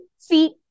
feet